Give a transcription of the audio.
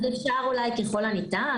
אז אפשר אולי, ככל הניתן.